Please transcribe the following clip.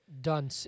done